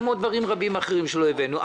כמו דברים רבים אחרים שלא הבאנו.